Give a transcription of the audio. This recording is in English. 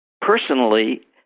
personally